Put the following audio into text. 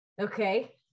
Okay